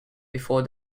before